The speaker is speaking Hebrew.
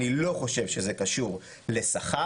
אני לא חושב שזה קשור לשכר.